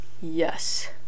yes